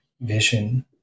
vision